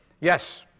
Yes